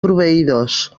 proveïdors